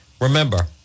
Remember